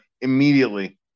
immediately